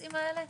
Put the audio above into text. בנושאים האלה?